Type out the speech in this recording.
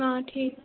آ ٹھیٖک